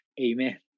amen